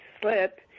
slip